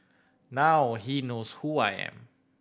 now he knows who I am